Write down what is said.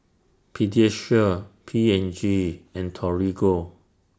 Pediasure P and G and Torigo